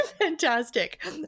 Fantastic